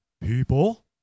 People